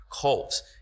cults